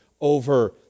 over